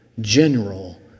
general